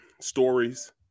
stories